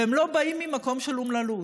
והם לא באים ממקום של אומללות,